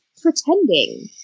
pretending